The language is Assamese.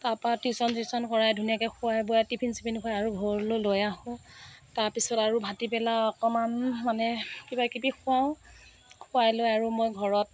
তাৰপা টিউচন চিউচন কৰাই ধুনীয়াকৈ খোৱাই বোৱাই টিফিন চিফিন খোৱাই আৰু ঘৰলৈ লৈ আহোঁ তাৰপিছত আৰু ভাটিবেলা অকণমান মানে কিবাকিবি খোৱাওঁ খোৱাই লৈ আৰু মই ঘৰত